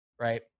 right